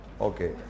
Okay